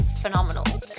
phenomenal